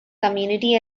community